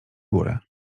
górę